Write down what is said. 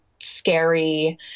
scary